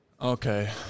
Okay